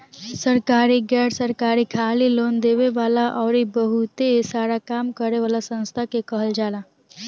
सरकारी, गैर सरकारी, खाली लोन देवे वाला अउरी बहुते सारा काम करे वाला संस्था के कहल जाला